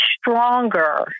stronger